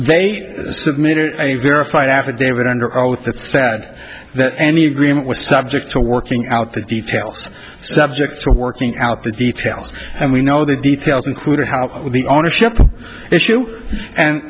they submitted a verified affidavit under oath that said that any agreement was subject to working out the details subject to working out the details and we know the details included how the ownership issue and